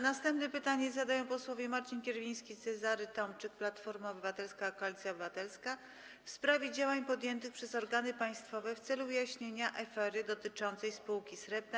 Następne pytanie zadają posłowie Marcin Kierwiński i Cezary Tomczyk, Platforma Obywatelska - Koalicja Obywatelska, w sprawie działań podjętych przez organy państwowe w celu wyjaśnienia afery dotyczącej spółki Srebrna.